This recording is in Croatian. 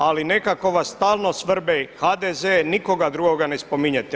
Ali nekako vas stalno svrbi HDZ, nikoga drugoga ne spominjete.